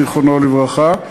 זיכרונו לברכה,